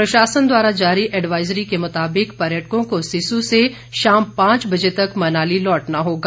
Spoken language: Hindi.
प्रशासन द्वारा जारी एडवाईजरी के मुताबिक पर्यटकों को सिस्सु से शाम पांच बजे तक मनाली लौटना होगा